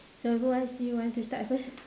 so who wants you want to start first